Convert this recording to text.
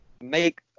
make